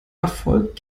erfolgt